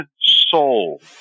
soul